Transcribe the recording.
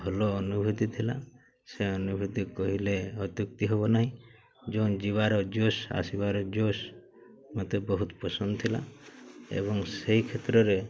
ଭଲ ଅନୁଭୂତି ଥିଲା ସେ ଅନୁଭୂତି କହିଲେ ଅତ୍ୟୁକ୍ତି ହବ ନାହିଁ ଯେଉଁ ଯିବାର ଜୋସ୍ ଆସିବାର ଜୋସ୍ ମୋତେ ବହୁତ ପସନ୍ଦ ଥିଲା ଏବଂ ସେଇ କ୍ଷେତ୍ରରେ